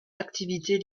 activités